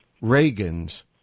Reagan's